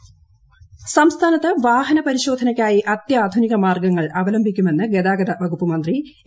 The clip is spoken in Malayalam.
വാഹന പരിശോധന സംസ്ഥാനത്ത് വാഹന പരിശോധനയ്ക്കായി അത്യാധുനിക മാർഗങ്ങൾ അവലംബിക്കുമെന്ന് ഗതാഗത വകുപ്പ് മന്ത്രി എ